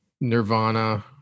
nirvana